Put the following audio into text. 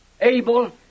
Abel